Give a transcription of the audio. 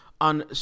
On